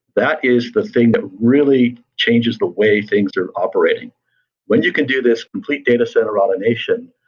that is the thing that really changes the way things are operating when you can do this complete data center automation,